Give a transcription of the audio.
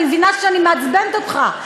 אני מבינה שאני מעצבנת אותך.